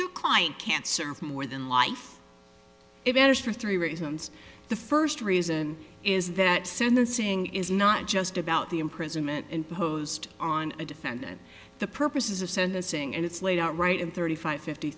you client can't serve more than life it is for three reasons the first reason is that sentencing is not just about the imprisonment imposed on a defendant the purposes of sentencing and it's laid out right in thirty five fifty